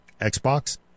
Xbox